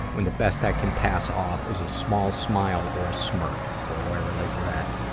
when the best i can pass off is a small smile or a smirk. boy do i relate to that.